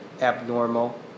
abnormal